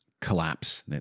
collapse